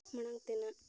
ᱢᱟᱲᱟᱝ ᱛᱮᱱᱟᱜ